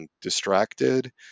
Distracted